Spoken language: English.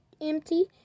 empty